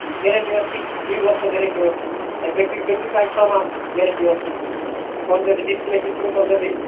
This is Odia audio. ଗ୍ୟାରେଣ୍ଟି ଅଛି ଦୁଇ ବର୍ଷ ଗ୍ୟାରେଣ୍ଟି ଅଛି ବ୍ୟାଟେରୀ ବ୍ୟାଟେରୀ ପାଇଁ ଛଅ ମାସ ଗ୍ୟାରେଣ୍ଟି ଅଛି କରିଦେବି ଡିସ୍ପ୍ଲେ ଫିସ୍ପ୍ଲେ କ'ଣ ଯଦି